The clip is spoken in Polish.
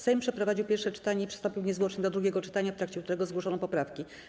Sejm przeprowadził pierwsze czytanie i przystąpił niezwłocznie do drugiego czytania, w trakcie którego zgłoszono poprawki.